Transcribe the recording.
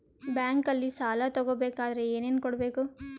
ಬ್ಯಾಂಕಲ್ಲಿ ಸಾಲ ತಗೋ ಬೇಕಾದರೆ ಏನೇನು ಕೊಡಬೇಕು?